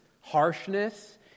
harshness